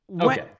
Okay